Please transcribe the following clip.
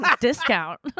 discount